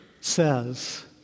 says